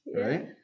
Right